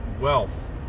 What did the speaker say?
wealth